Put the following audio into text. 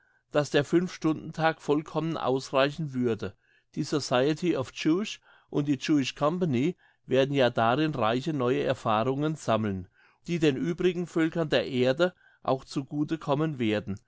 dass der fünfstundentag vollkommen ausreichen würde die society of jews und die jewish company werden ja darin reiche neue erfahrungen sammeln die den übrigen völkern der erde auch zu gute kommen werden